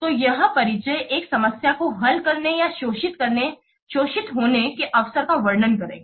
तो यह परिचय एक समस्या को हल करने या शोषित होने के अवसर का वर्णन करेगा